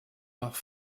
noch